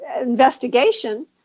investigation